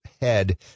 head